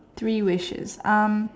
three wishes um